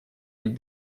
быть